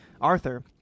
Arthur